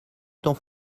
temps